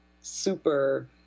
super